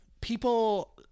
people